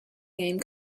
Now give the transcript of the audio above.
game